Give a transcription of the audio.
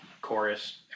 chorus